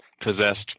possessed